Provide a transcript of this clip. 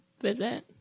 visit